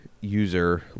user